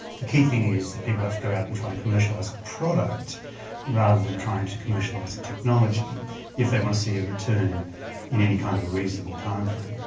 the key thing is that people have to go out and try and commercialize a product rather than trying to commercialize the technology if they want to see a return in any kind of a reasonable timeframe.